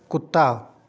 कुत्ता